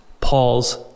Paul's